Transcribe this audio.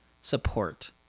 support